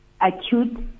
acute